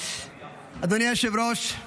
אדוני היושב-ראש,